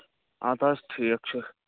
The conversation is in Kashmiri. اَدٕ حظ ٹھیٖک چھُ